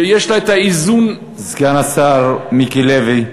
שיש לה את האיזון סגן השר מיקי לוי,